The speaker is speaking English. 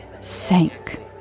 sank